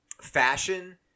fashion